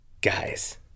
Guys